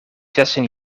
zestien